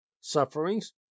sufferings